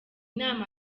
nama